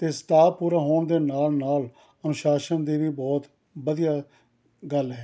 ਅਤੇ ਸਟਾਫ਼ ਪੂਰਾ ਹੋਣ ਦੇ ਨਾਲ ਨਾਲ ਅਨੁਸ਼ਾਸਨ ਦੇ ਵੀ ਬਹੁਤ ਵਧੀਆ ਗੱਲ ਹੈ